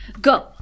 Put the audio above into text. go